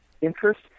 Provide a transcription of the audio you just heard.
interest